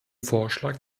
vorschlag